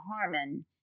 Harmon